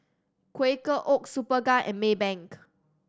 Quaker Oats Superga and Maybank